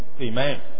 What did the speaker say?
Amen